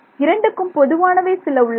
இரண்டுக்கும் பொதுவானவை சில உள்ளன